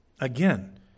again